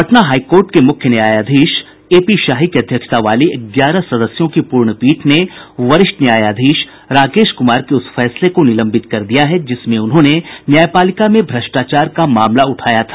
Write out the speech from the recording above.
Patna high court के मुख्य न्यायाधीश ए पी शाही की अध्यक्षता वाली ग्यारह सदस्यों की पूर्ण पीठ ने वरिष्ठ न्यायाधीश राकेश कुमार के उस फैसले को निलंबित कर दिया है जिसमें उन्होंने न्यायपालिका में भ्रष्टाचार का मामला उठाया था